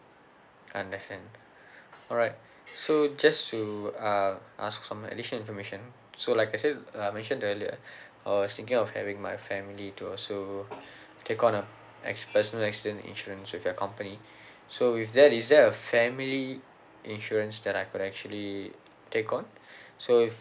understand alright so just to uh ask some additional information so like I said I mentioned earlier I was thinking of having my family to also take on a acci~ personal accident insurance with your company so with that is there a family insurance that I could actually take on so if